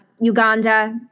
Uganda